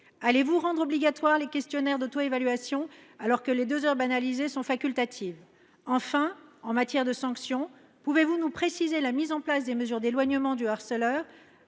Allez vous rendre obligatoires les questionnaires d’autoévaluation, alors que les deux heures de temps scolaire banalisées sont facultatives ? Enfin, en matière de sanctions, pouvez vous nous donner des précisions sur la mise en place des mesures d’éloignement du harceleur